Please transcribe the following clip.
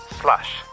slash